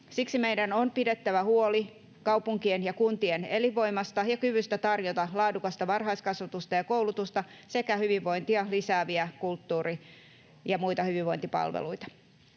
Siksi meidän on pidettävä huoli kaupunkien ja kuntien elinvoimasta ja kyvystä tarjota laadukasta varhaiskasvatusta ja koulutusta sekä hyvinvointia lisääviä kulttuuri- ja muita hyvinvointipalveluita.